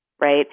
right